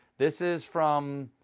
this is from.